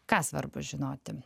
ką svarbu žinoti